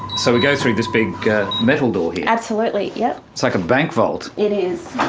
so we go through this big metal door here. absolutely, yes. it's like a bank vault. it is.